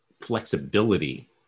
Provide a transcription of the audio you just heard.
flexibility